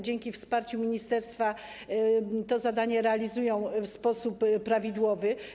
Dzięki wsparciu ministerstwa to zadanie realizują w sposób prawidłowy.